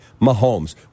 Mahomes